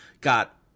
got